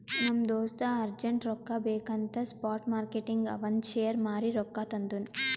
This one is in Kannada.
ನಮ್ ದೋಸ್ತ ಅರ್ಜೆಂಟ್ ರೊಕ್ಕಾ ಬೇಕ್ ಅಂತ್ ಸ್ಪಾಟ್ ಮಾರ್ಕೆಟ್ನಾಗ್ ಅವಂದ್ ಶೇರ್ ಮಾರೀ ರೊಕ್ಕಾ ತಂದುನ್